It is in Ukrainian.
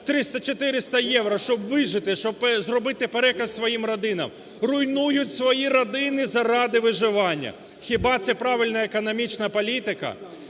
300-400 євро, щоб вижити, щоб зробити переказ своїм родинам. Руйнують свої родини заради виживання. Хіба це правильна економічна політика?